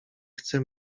chce